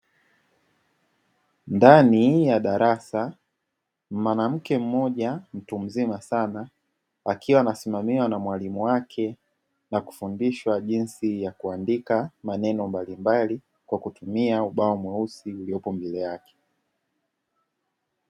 Ndani ya darasa mwanamke mmoja mtu mzima sana akiwa anasimamiwa na mwalimu wake. Kufundishwa jinsi ya kuandika maneno mbalimbali kwa kutumia ubao mweusi uliopo mbele yake.